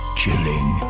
chilling